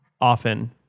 often